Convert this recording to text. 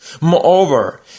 Moreover